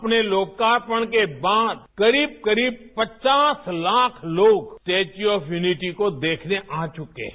अपने लोकापर्ण के बाद करीब करीब पचास लाख लोग स्टेच्यू ऑफ यूनिटी को देखने आ चुके हैं